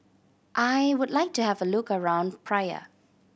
I would like to have a look around Praia